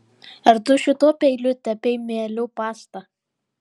ar tu šituo peiliu tepei mielių pastą